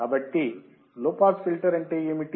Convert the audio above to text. కాబట్టి low pass filter అంటే ఏమిటి